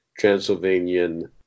Transylvanian